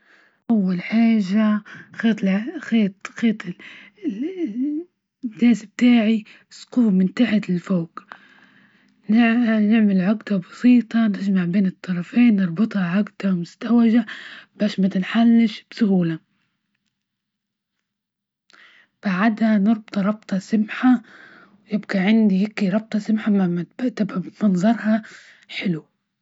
اول حاجة خيط -خيط ديس بتاعي سقوه من تحت لفوق، نعمل عقدة بسيطة نجمع بين الطرفين نربطها عقدها مزدوجة، باش ما تنحلش بسهولة، بعدها رابطة سمحة ويبقى عندي هيك ربطة سمحة بمنظرها حلو.